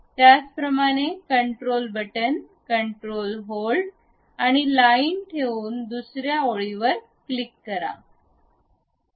त्याचप्रमाणे control button control hold आणि line ठेवून दुसर्या ओळीवर क्लिक करा